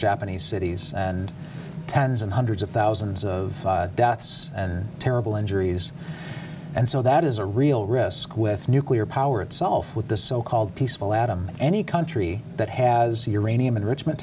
japanese cities and tens and hundreds of thousands of deaths and terrible injuries and so that is a real risk with nuclear power itself with the so called peaceful atom any country that has uranium enrichment